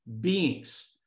beings